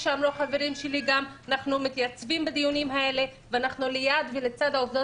כמו שאמרו החברים שלי ואנחנו לצד העובדות